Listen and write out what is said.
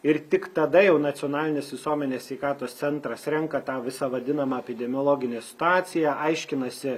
ir tik tada jau nacionalinis visuomenės sveikatos centras renka tą visą vadinamą epidemiologinę situaciją aiškinasi